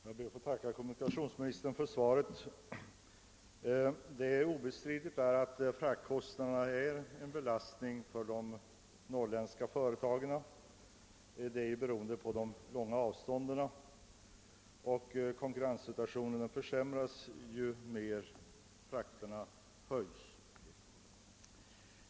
Herr talman! Jag tackar kommunikationsministern för svaret. Det är obestridligt att fraktkostnaderna är en belastning för de norrländska företagen, beroende på de långa avstånden. Konkurrenssituationen försämras ju mer fraktkostnaderna höjs.